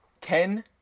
Ken